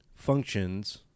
functions